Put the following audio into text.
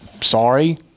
sorry